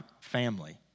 family